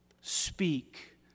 Speak